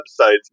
websites